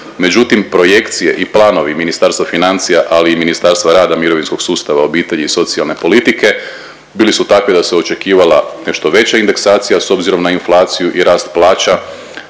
međutim projekcije i planovi Ministarstva financija, ali i Ministarstva rada, mirovinskog sustava, obitelji i socijalne politike bili su takvi da se očekivala nešto veća indeksacija s obzirom na inflaciju i rast plaća,